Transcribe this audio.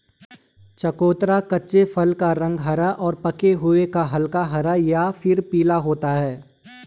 चकोतरा कच्चे फल का रंग हरा और पके हुए का हल्का हरा या फिर पीला होता है